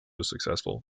successful